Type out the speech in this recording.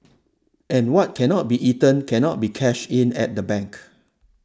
and what cannot be eaten cannot be cashed in at the bank